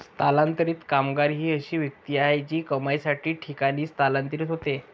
स्थलांतरित कामगार ही अशी व्यक्ती आहे जी कमाईसाठी ठिकाणी स्थलांतरित होते